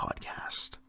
podcast